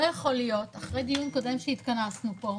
לא יכול להיות אחרי דיון קודם שהתכנסנו פה,